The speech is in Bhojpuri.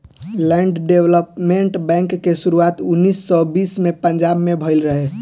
लैंड डेवलपमेंट बैंक के शुरुआत उन्नीस सौ बीस में पंजाब में भईल रहे